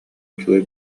үчүгэй